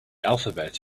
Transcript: alphabet